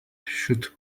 should